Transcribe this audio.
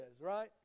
Right